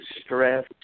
stress